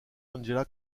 ángela